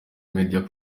media